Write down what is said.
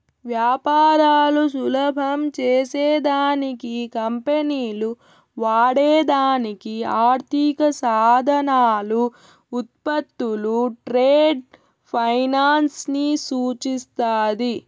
వ్యాపారాలు సులభం చేసే దానికి కంపెనీలు వాడే దానికి ఆర్థిక సాధనాలు, ఉత్పత్తులు ట్రేడ్ ఫైనాన్స్ ని సూచిస్తాది